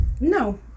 No